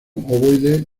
ovoides